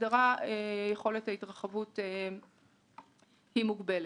יכולת ההתרחבות שלה תהיה מוגבלת.